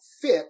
fit